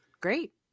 great